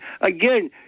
again